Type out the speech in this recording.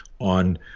on